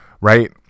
right